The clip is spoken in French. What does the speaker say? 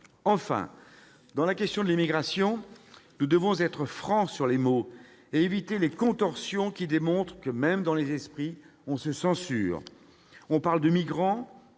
OQTF ! Sur les questions d'immigration, nous devons être francs dans le choix des mots et éviter les contorsions qui démontrent que, même dans les esprits, on se censure ! On parle de migrants